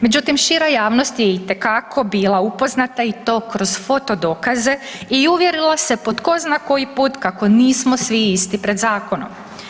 Međutim, šira javnost je itekako bila upoznata i to kroz foto dokaze i uvjerila se po tko zna koji put kako nismo svi isti pred zakonom.